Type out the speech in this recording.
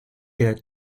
der